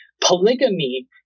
polygamy